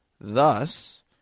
Thus